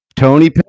Tony